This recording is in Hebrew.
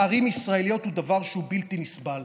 בערים ישראליות, זה דבר שהוא בלתי נסבל.